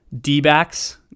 D-backs